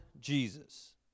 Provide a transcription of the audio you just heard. Jesus